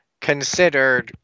considered